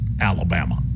Alabama